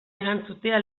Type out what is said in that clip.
erantzutea